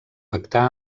pactar